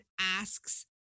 asks